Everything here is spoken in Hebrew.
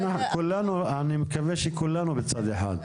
אני מקווה שכולנו בצד אחד.